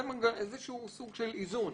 זה איזשהו סוג של איזון